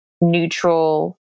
neutral